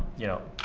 you know,